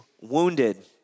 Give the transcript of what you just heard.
wounded